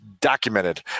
documented